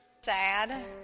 Sad